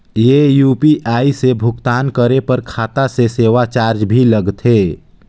ये यू.पी.आई से भुगतान करे पर खाता से सेवा चार्ज भी लगथे?